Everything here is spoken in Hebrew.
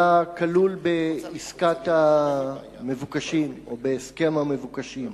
היה כלול בעסקת המבוקשים, או בהסכם המבוקשים.